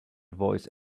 voice